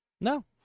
No